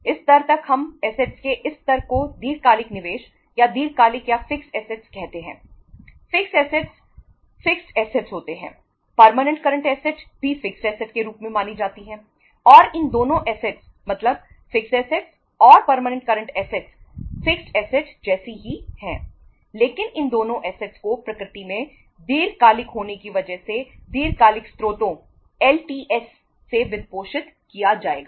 इस स्तर तक हम असेट्स से वित्तपोषित किया जाएगा